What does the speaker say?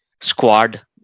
squad